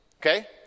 Okay